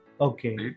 Okay